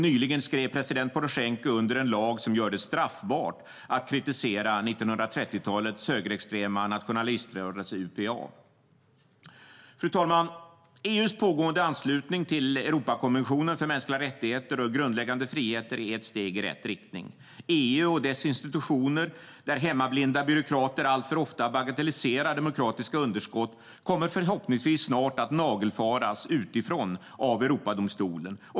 Nyligen skrev president Porosjenko under en lag som gör det straffbart att kritisera 1930-talets högerextrema nationaliströrelse UPA. Fru talman! EU:s pågående anslutning till Europakonventionen för mänskliga rättigheter och grundläggande friheter är ett steg i rätt riktning. EU och dess institutioner, där hemmablinda byråkrater alltför ofta bagatelliserar demokratiska underskott, kommer förhoppningsvis snart att nagelfaras utifrån av Europadomstolen.